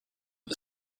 the